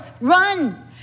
Run